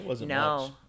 No